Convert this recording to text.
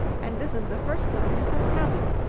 and this is the first time this has happened.